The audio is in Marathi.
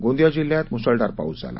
गोंदिया जिल्हात मुसळधार पाऊस झाला